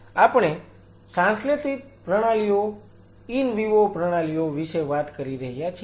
સંદર્ભ સમય 2729 આપણે સંશ્લેષિત પ્રણાલીઓ ઈન વિવો પ્રણાલીઓ વિશે વાત કરી રહ્યા છીએ